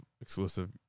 exclusive